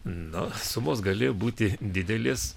nu sumos gali būti didelės